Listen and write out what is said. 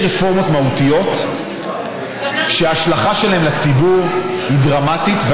יש רפורמות מהותיות שההשלכה שלהן על הציבור היא דרמטית,